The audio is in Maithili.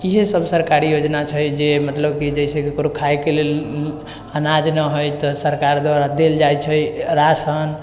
इएह सभ सरकारी योजना छै जे मतलब कि जाहिसे ककरो खायके लेल अनाज नहि हइ तऽ सरकार द्वारा देल जाइत छै राशन